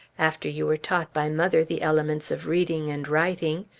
after you were taught by mother the elements of reading and writing.